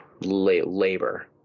labor